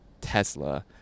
Tesla